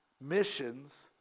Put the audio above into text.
Missions